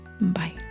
Bye